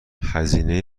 هزینه